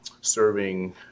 serving